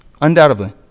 Undoubtedly